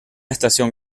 estación